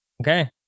Okay